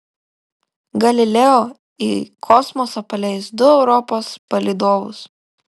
galileo į kosmosą paleis du europos palydovus